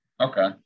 Okay